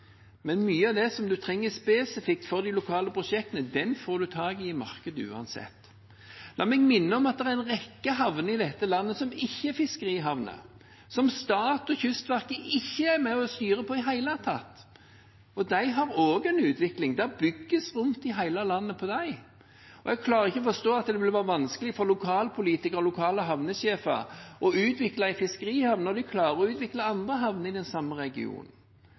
men mye av det en trenger spesifikt for de lokale prosjektene, får en tak i i markedet uansett. La meg minne om at det er en rekke havner i dette landet som ikke er fiskerihavner, som staten og Kystverket ikke er med og styrer i det hele tatt, og de har også en utvikling. Det bygges på dem rundt i hele landet. Jeg klarer ikke å forstå at det vil være vanskelig for lokalpolitikere og lokale havnesjefer å utvikle en fiskerihavn når de klarer å utvikle andre havner i den samme regionen.